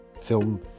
film